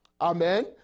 Amen